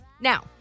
Now